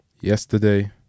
yesterday